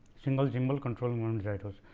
single gimbal control moment gyros.